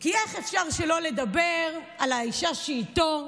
כי איך אפשר שלא לדבר על האישה שאיתו,